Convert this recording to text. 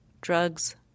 drugs